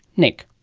nick.